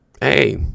Hey